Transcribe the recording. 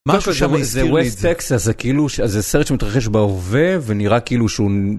משהו שם איזה west texas זה כאילו שזה סרט שמתרחש בהווה ונראה כאילו שהוא.